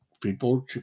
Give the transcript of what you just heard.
people